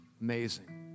amazing